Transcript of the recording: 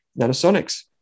Nanosonics